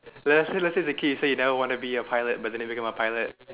let's say let's say the kid said he never want to be a pilot but then he become a pilot